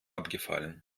abgefallen